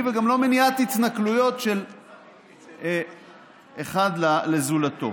וגם לא מניעת התנכלויות של אחד לזולתו.